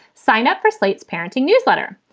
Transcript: sign up for slate's parenting newsletter.